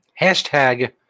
Hashtag